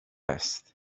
است